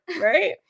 right